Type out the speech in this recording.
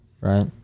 right